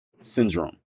Syndrome